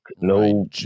no